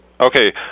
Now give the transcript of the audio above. Okay